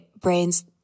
brains